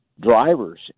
drivers